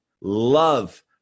love